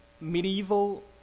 medieval